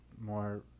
more